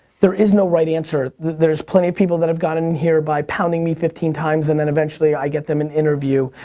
there is no right answer. there's plenty of people that've gotten here by pounding me fifteen times, and then eventually i get them an interview,